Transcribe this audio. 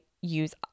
use